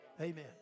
Amen